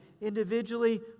individually